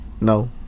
No